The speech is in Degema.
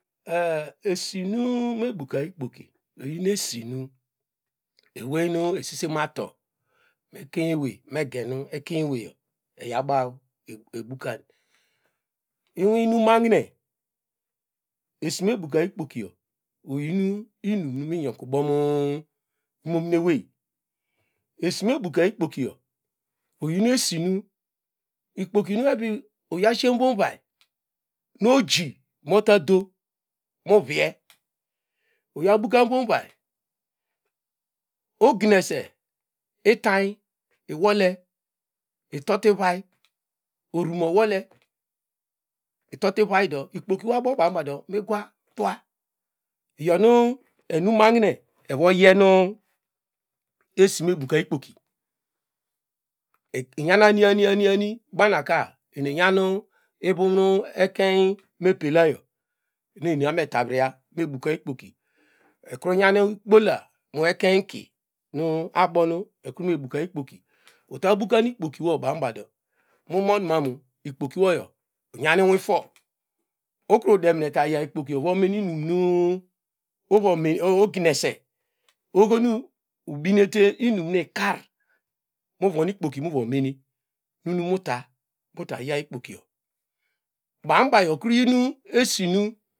E- e esinu mebuka ikpoki oyin esinu owey nu esisen ato mekemewy megenu ekenweye eyabaw obukam enisi inum mahine esinu mebuka ikpokiyo iyi inum miyubabo mi imomonewey esime buka ikpokiyo oyin esinu ikpoki ebu uya shie muon iway nu oji mo ta do mu vie iyabukan won iway ugnese itany iwole itote ivay orumo owole itode uvaydo ikpoki wo abonu bando nugwa twa iyono inimahine evo yen esinu me buka ikpoki unyan ani ani ani ani bonaka eni enyam ivunu ekem megbelayo eni abonu etarnya ekru nyan kpola mi ekein uta bukan ikpoki wo nu bonbawdo mu manu ikpoki woyo inyan inifiewom wena ta gaw ikpoki uvra mene inum nu ugnese oho nu ubinete inim nu ikar muvon ikpoki muvo mene num mita nuta yaw ikpokiyo ban bayo okri yinu esinu.